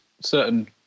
certain